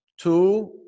Two